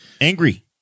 angry